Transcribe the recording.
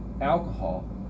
Alcohol